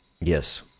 yes